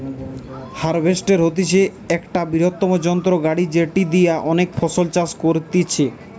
harvester হতিছে একটা বৃহত্তম যন্ত্র গাড়ি যেটি দিয়া অনেক ফসল চাষ করতিছে